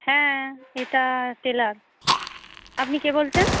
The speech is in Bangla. হ্যাঁ এটা টেলার আপনি কে বলছেন